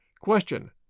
Question